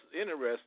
interesting